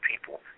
people